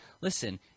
listen